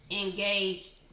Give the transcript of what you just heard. engaged